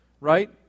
right